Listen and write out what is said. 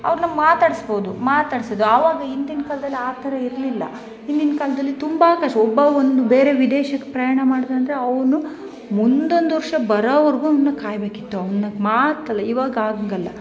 ಅವ್ರನ್ನ ಮಾತಾಡಿಸ್ಬೋದು ಮಾತಾಡಿಸೋದು ಅವಾಗ ಹಿಂದಿನ್ ಕಾಲ್ದಲ್ಲಿ ಆ ಥರ ಇರಲಿಲ್ಲ ಹಿಂದಿನ್ ಕಾಲದಲ್ಲಿ ತುಂಬ ಕಷ್ಟ ಒಬ್ಬ ಒಂದು ಬೇರೆ ವಿದೇಶಕ್ಕೆ ಪ್ರಯಾಣ ಮಾಡ್ತಾನಂದರೆ ಅವನು ಮುಂದೊಂದು ವರ್ಷ ಬರೋವರ್ಗು ಅವ್ನ ಕಾಯಬೇಕಿತ್ತು ಅವ್ನ ಮಾತಲ್ಲ ಇವಾಗ ಹಂಗಲ್ಲ